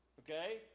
okay